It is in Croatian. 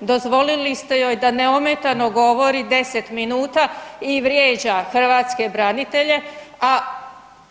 Dozvolili ste joj da neometano govori 10 minuta i vrijeđa hrvatske branitelje, a